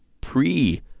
pre